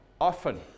often